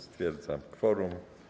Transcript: Stwierdzam kworum.